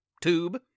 tube